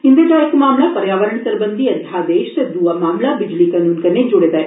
इंदे चा इक मामला पर्यावरण सरबंधी अध्यादेश ते दुआ मामला बिजली कन्न कन्नै जुड़े दा ऐ